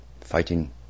fighting